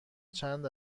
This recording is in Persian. چند